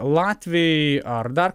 latviai ar dar